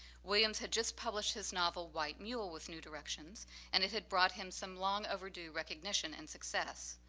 williams had just published his novel, white mule with new directions and it had brought him some long overdue recognition and success.